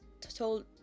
told